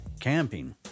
camping